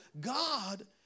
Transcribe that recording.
God